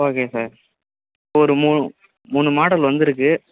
okay sir இப்போ ஒரு மூணு மூணு மாடல் வந்திருக்கு